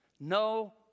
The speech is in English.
No